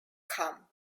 come